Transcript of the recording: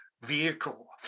vehicle